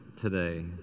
today